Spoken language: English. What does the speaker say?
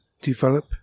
develop